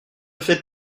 faites